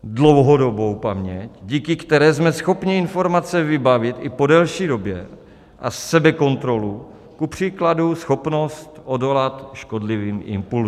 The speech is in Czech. Dlouhodobou paměť, díky které jsme schopni informace si vybavit i po delší době, a sebekontrolu, kupříkladu schopnost odolat škodlivým impulzům.